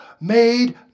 made